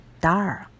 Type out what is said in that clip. dark